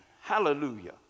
Hallelujah